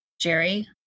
Jerry